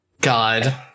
God